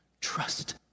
Trust